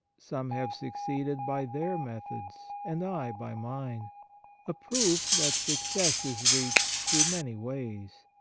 some have succeeded by their methods, and i by mine a proof that success is reached through many ways,